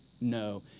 no